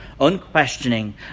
unquestioning